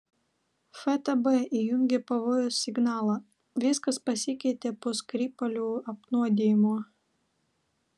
ftb įjungė pavojaus signalą viskas pasikeitė po skripalių apnuodijimo